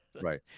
right